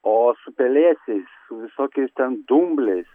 o su pelėsiais su visokiais ten dumbliais